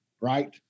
right